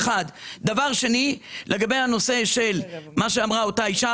דבר שני, לגבי הנושא של מה שאמרה אותה אישה